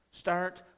Start